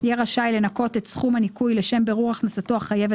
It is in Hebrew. יהיה רשאי לנכות את סכום הניכוי לשם בירור הכנסתו החייבת